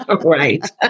Right